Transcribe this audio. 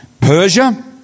Persia